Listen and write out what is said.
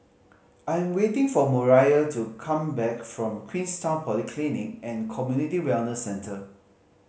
I am waiting for Moriah to come back from Queenstown Polyclinic and Community Wellness Centre